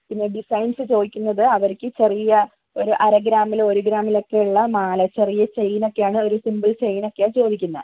പിന്നെ ഡിസൈൻസ് ചോദിക്കുന്നത് അവർക്ക് ചെറിയ ഒരു അര ഗ്രാമിലും ഒരു ഗ്രാമിലുമൊക്കെയുള്ള മാല ചെറിയ ചെയിൻ ഒക്കെയാണ് ഒരു സിമ്പിൾ ചെയിൻ ഒക്കെയാണ് ചോദിക്കുന്നത്